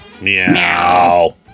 meow